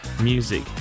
music